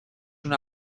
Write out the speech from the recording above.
una